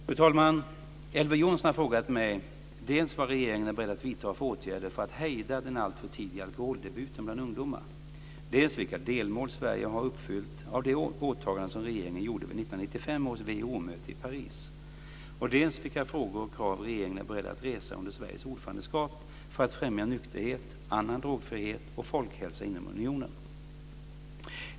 Fru talman! Elver Jonsson har frågat mig dels vad regeringen är beredd att vidtaga för åtgärder för att hejda den alltför tidiga alkoholdebuten bland ungdomar, dels vilka delmål Sverige har uppfyllt av det åtagande som regeringen gjorde vid 1995 års WHO möte i Paris, dels vilka frågor och krav regeringen är beredd att resa under Sveriges ordförandeskap för att främja nykterhet, annan drogfrihet och folkhälsa inom unionen.